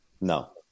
No